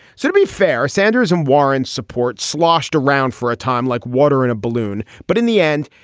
so to be fair, sanders and warren support sloshed around for a time like water in a balloon, but in the end,